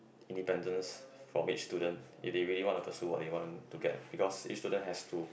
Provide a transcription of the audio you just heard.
independence from each student if they really want to pursue what they want to get because each student has to